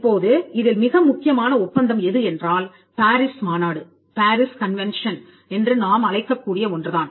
இப்போது இதில் மிக முக்கியமான ஒப்பந்தம் எது என்றால் பாரிஸ் மாநாடு என்று நாம் அழைக்கக்கூடிய ஒன்றுதான்